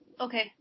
Okay